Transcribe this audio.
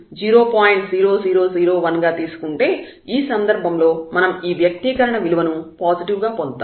0001 గా తీసుకుంటే ఈ సందర్భంలో మనం ఈ వ్యక్తీకరణ విలువను పాజిటివ్ గా పొందుతాము